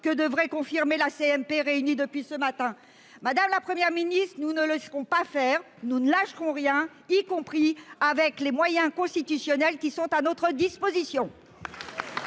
que devrait confirmer la CMP réunie depuis ce matin madame, la Première ministre. Nous ne laisserons pas faire. Nous ne lâcherons rien y compris avec les moyens constitutionnels qui sont à notre disposition.